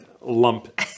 lump